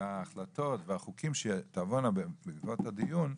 וההחלטות והחוקים שיבואו בעקבות הדיון,